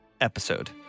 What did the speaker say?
episode